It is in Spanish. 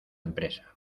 empresa